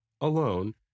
alone